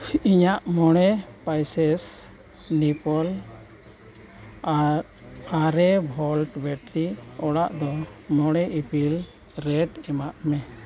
ᱤᱧᱟᱹᱜ ᱢᱚᱬᱮ ᱯᱤᱥᱮᱥ ᱱᱤᱯᱳ ᱟᱨ ᱟᱨᱮ ᱵᱷᱳᱞᱴ ᱵᱮᱴᱟᱨᱤ ᱚᱲᱟᱜ ᱫᱚ ᱢᱚᱬᱮ ᱤᱯᱤᱞ ᱨᱮᱴ ᱮᱢᱟᱜ ᱢᱮ